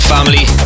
Family